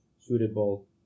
suitable